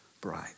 bright